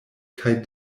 kaj